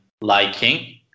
liking